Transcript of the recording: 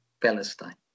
Palestine